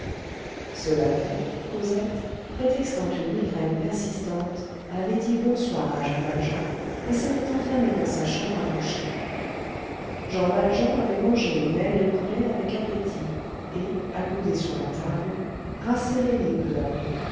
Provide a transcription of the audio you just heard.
cela fait cosette prétextant une migraine persistante avait dit bonsoir à jean valjean et s'était enfermée dans sa chambre à coucher jean valjean avait mangé une aile de poulet avec appétit et accoudé sur la table rasséréné peu à peu